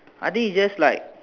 I think it's just like